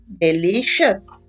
delicious